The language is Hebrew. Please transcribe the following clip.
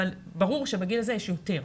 אבל ברור שבגיל הזה יש יותר,